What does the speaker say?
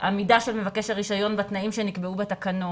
עמידה של מבקש הרישיון בתנאים שנקבעו בתקנות,